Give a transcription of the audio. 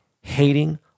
hating